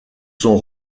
sont